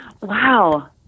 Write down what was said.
wow